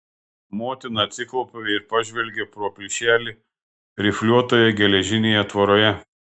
motina atsiklaupė ir pažvelgė pro plyšelį rifliuotoje geležinėje tvoroje